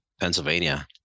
Pennsylvania